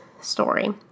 story